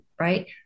Right